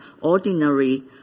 ordinary